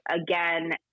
again